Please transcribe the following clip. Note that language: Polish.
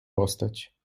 postać